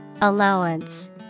Allowance